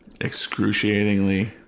Excruciatingly